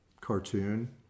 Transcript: cartoon